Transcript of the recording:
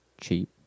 cheap